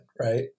right